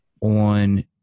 on